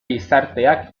gizarteak